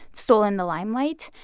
stolen the limelight.